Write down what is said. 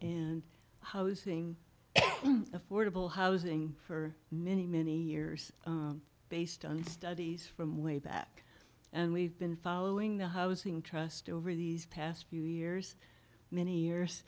and housing affordable housing for many many years based on studies from way back and we've been following the housing trust over these past few years many years